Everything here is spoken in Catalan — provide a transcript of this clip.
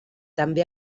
també